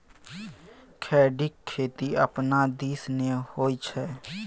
खेढ़ीक खेती अपना दिस नै होए छै